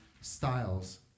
styles